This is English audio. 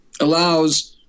allows